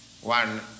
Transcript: one